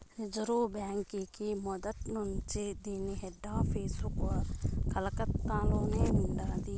reserve బాంకీ మొదట్నుంచీ దీన్ని హెడాపీసు కలకత్తలోనే ఉండాది